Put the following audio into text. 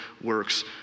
works